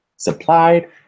Supplied